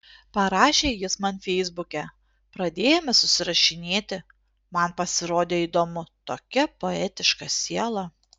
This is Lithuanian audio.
parašė jis man feisbuke pradėjome susirašinėti man pasirodė įdomu tokia poetiška siela